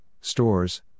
stores